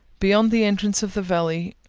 beyond the entrance of the valley,